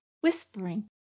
whispering